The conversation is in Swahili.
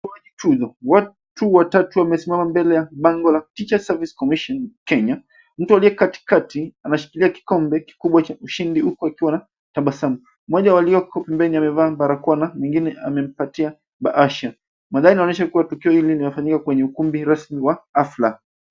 Watu watatu wamesimama mbele ya bango la teachers service commission kenya. Mtu aliye katikati ameshikilia kikombe kikubwa cha ushindi huku akiwa na tabasamu. Mmoja wa walio pembeni amevaa barakoa na mwingine amempatia bahasha. Mandhari yanaonyesha kuwa kitendo kinafanyika kwenye ukumbi rasmi wa hafla.